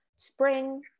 Spring